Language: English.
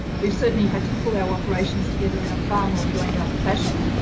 we've certainly had to pull our operations together in a far more joined up fashion,